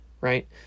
right